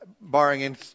barring